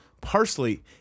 parsley